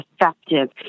effective